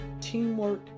teamwork